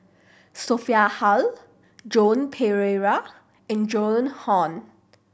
Sophia Hull Joan Pereira and Joan Hon